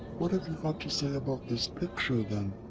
what have you got to say about this picture then?